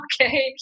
Okay